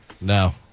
No